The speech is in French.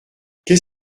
qu’est